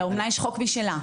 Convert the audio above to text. לאומנה יש חוק משלה.